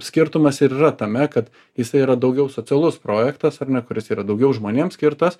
skirtumas ir yra tame kad jisai yra daugiau socialus projektas ar ne kuris yra daugiau žmonėm skirtas